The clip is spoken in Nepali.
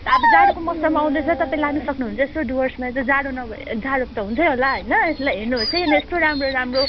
त अब जाडोको मौसम आउँदैछ तपाईँ लानु सक्नुहुन्छ यसो डुवर्समा त जाडो नभए जाडो त हुन्छै होला होइन यसलाई हेर्नुहोसै यस्तो राम्रो राम्रो